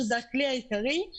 שזה הכלי העיקרי.